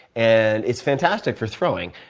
and it's fantastic for throwing.